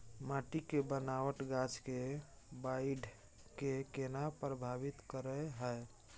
माटी के बनावट गाछ के बाइढ़ के केना प्रभावित करय हय?